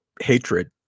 hatred